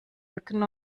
rücken